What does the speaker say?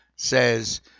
says